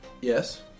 Yes